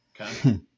Okay